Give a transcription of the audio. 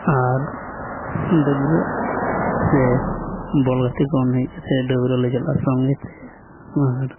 ᱟᱨ ᱰᱟᱹᱵᱽᱨᱟᱹᱜ ᱥᱮ ᱵᱚᱞ ᱜᱟᱛᱮ ᱠᱷᱚᱱ ᱦᱮᱡ ᱠᱟᱛᱮᱫ ᱰᱟᱹᱵᱽᱨᱟᱹ ᱞᱮ ᱪᱟᱞᱟᱜᱼᱟ ᱥᱚᱸᱜᱮᱛᱮ ᱟᱨ